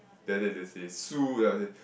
then after that they say sue ah I say